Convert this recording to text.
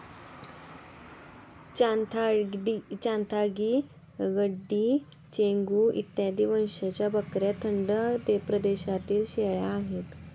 चांथागी, गड्डी, चेंगू इत्यादी वंशाच्या बकऱ्या थंड प्रदेशातील शेळ्या आहेत